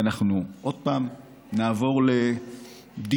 ואנחנו עוד פעם נעבור לדיבורים,